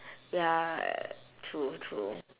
ya true true